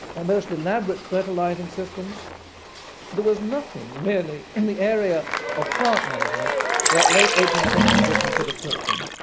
ah most elaborate fertilising systems there was nothing really in the area of plant management that late eighteenth century britain could have taught them.